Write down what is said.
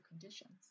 conditions